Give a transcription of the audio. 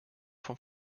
vom